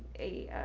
a